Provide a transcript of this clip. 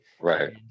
right